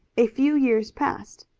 a few years passed.